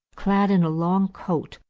clad in a long coat,